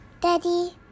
Daddy